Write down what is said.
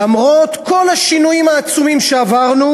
למרות כל השינויים העצומים שעברנו,